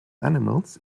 animals